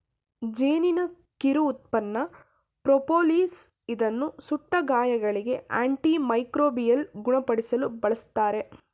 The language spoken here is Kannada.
ಜೇನಿನ ಕಿರು ಉತ್ಪನ್ನ ಪ್ರೋಪೋಲಿಸ್ ಇದನ್ನು ಸುಟ್ಟ ಗಾಯಗಳಿಗೆ, ಆಂಟಿ ಮೈಕ್ರೋಬಿಯಲ್ ಗುಣಪಡಿಸಲು ಬಳ್ಸತ್ತರೆ